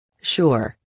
Sure